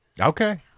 Okay